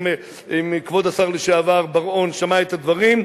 כבוד השר לשעבר בר-און שמע את הדברים,